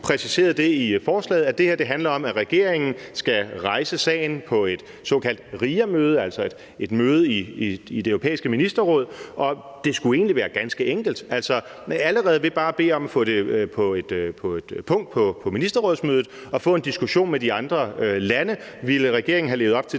præciseret i lovforslaget, at det her handler om, at regeringen skal rejse sagen på et såkaldt RIA-møde, altså et møde i det europæiske Ministerråd, og det skulle egentlig være ganske enkelt. Allerede ved bare at bede om at få sat det som et punkt på ministerrådsmødet og få en diskussion med de andre lande ville regeringen have levet op til